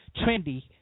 Trendy